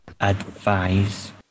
advise